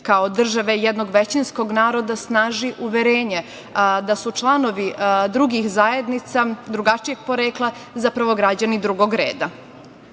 kao države jednog većinskog naroda snaži uverenje da su članovi drugih zajednica drugačijeg porekla zapravo građani drugog reda.U